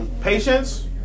Patience